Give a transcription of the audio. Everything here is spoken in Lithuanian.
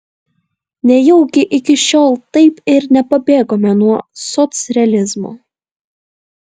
nejaugi iki šiol taip ir nepabėgome nuo socrealizmo